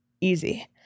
easy